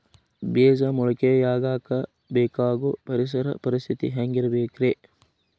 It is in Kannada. ಬೇಜ ಮೊಳಕೆಯಾಗಕ ಬೇಕಾಗೋ ಪರಿಸರ ಪರಿಸ್ಥಿತಿ ಹ್ಯಾಂಗಿರಬೇಕರೇ?